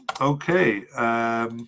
Okay